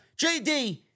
JD